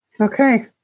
okay